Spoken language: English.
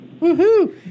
Woohoo